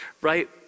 right